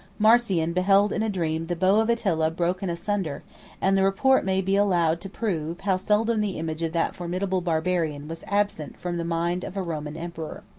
marcian beheld in a dream the bow of attila broken asunder and the report may be allowed to prove, how seldom the image of that formidable barbarian was absent from the mind of a roman emperor.